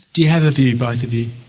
do you have a view, both of you?